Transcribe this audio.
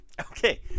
okay